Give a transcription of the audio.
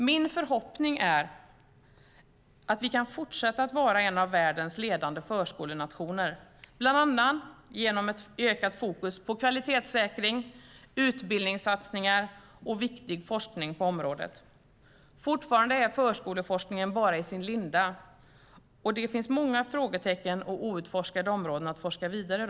Min förhoppning är att vi kan fortsätta att vara en av världens ledande förskolenationer bland annat genom ett ökat fokus på kvalitetssäkring, utbildningssatsningar och viktig forskning på området. Fortfarande är förskoleforskningen bara i sin linda, och det finns många frågetecken och outforskade områden att forska vidare om.